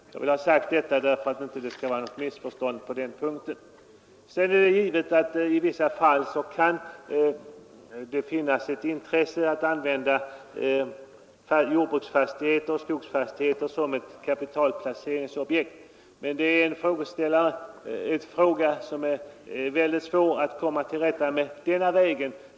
Jag vill ha sagt detta för att det inte skall råda något missförstånd på den punkten. Det är givet att det i vissa fall kan finnas ett intresse av att använda jordbruksfastigheter och skogsfastigheter som kapitalplaceringsobjekt. Det är emellertid en fråga som är mycket svår att komma till rätta med den här vägen.